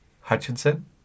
Hutchinson